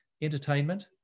entertainment